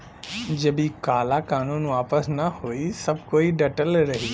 जब इ काला कानून वापस न होई सब कोई डटल रही